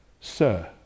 Sir